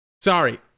Sorry